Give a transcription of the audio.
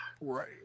right